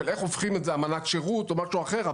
איך הופכים את זה אמנת שירות או משהו אחר,